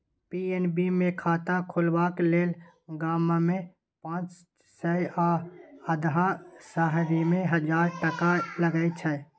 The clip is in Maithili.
पी.एन.बी मे खाता खोलबाक लेल गाममे पाँच सय आ अधहा शहरीमे हजार टका लगै छै